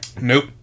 Nope